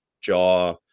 jaw